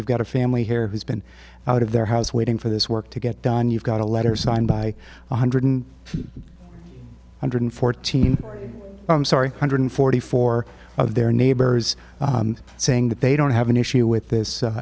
you've got a family here who's been out of their house waiting for this work to get done you've got a letter signed by one hundred hundred fourteen i'm sorry hundred forty four of their neighbors saying that they don't have an issue with this